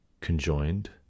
conjoined